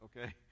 okay